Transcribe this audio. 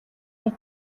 нэг